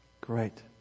Great